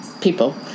people